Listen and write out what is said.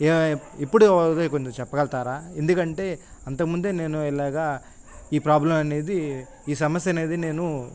ఎప్పుడు ఓవర్ అయిపోయిందో చెప్పగలుగుతారా ఎందుకంటే అంతముందే నేను ఇలాగా ఈ ప్రాబ్లం అనేది ఈ సమస్య అనేది నేను